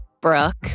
Brooke